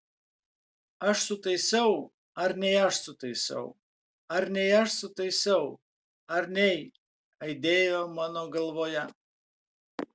aš sutaisiau ar nei aš sutaisiau ar nei aš sutaisiau ar nei aidėjo mano galvoje